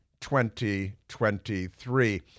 2023